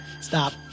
Stop